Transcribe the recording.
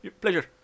pleasure